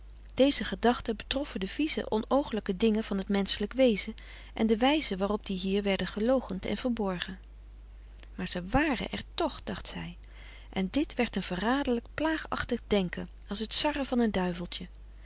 deze gedachten betroffen de vieze onoogelijke dingen van het menschelijk wezen en de wijze waarop die hier werden geloochend en verborgen maar ze waren er toch dacht zij en dit werd een verraderlijk plaagachtig denken als het sarren van een